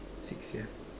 six yeah